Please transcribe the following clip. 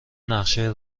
نقشه